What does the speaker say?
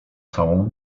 całą